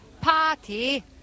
Party